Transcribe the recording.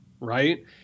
right